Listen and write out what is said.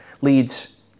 leads